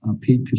Pete